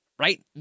Right